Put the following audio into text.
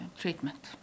treatment